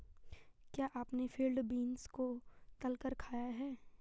क्या आपने field beans को तलकर खाया है?